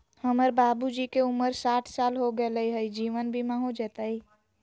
हमर बाबूजी के उमर साठ साल हो गैलई ह, जीवन बीमा हो जैतई?